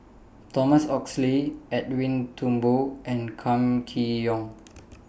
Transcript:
Thomas Oxley Edwin Thumboo and Kam Kee Yong